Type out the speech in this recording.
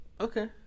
Okay